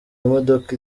imodoka